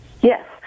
Yes